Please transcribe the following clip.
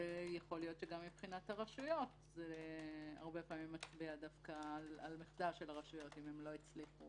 ויכול להיות שזה דווקא מצביע על מחדל של הרשויות אם הם לא הצליחו